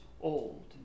old